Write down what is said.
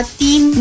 team